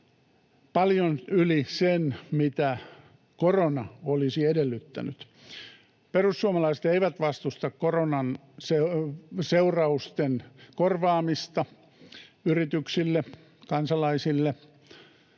paljon yli sen, mitä korona olisi edellyttänyt. Perussuomalaiset eivät vastusta koronan seurausten korvaamista yrityksille, kansalaisille